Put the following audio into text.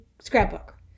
scrapbook